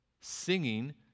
singing